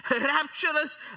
rapturous